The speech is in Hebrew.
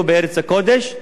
בארץ הקודש.